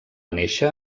néixer